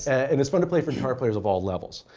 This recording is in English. and it's fun to play for guitar players of all levels.